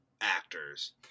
actors